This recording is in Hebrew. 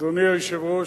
אדוני היושב-ראש,